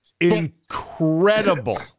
Incredible